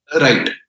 right